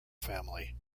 family